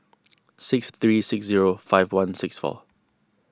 six three six zero five one six four